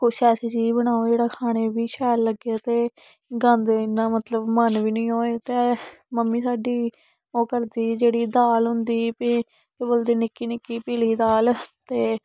कुछ ऐसी चीज बनाओ जेह्ड़ा खाने गी बी शैल लग्गे ते गंद इ'यां मतलब मन बी नी होए ते मम्मी साड्डी ओह् करदी जेह्ड़ी दाल होंदी फ्ही केह् बोलदे निक्की निक्की पीली दाल ते